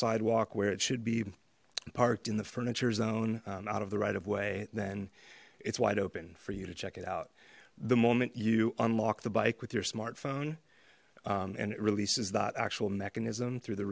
sidewalk where it should be parked in the furniture zone out of the right of way then it's wide open for you to check it out the moment you unlock the bike with your smartphone and it releases that actual mechanism through the